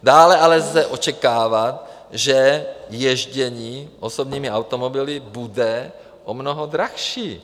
Dále ale lze očekávat, že jezdění osobními automobily bude o mnoho dražší.